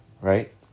right